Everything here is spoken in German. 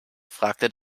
fragte